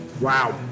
wow